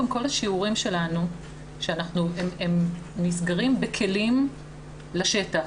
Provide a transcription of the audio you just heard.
כל השיעורים שלנו נסגרים בכלים לשטח.